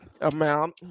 amount